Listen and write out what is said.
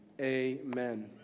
amen